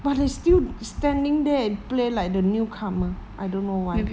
but they still standing there and play like the newcomer I don't know why